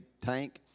tank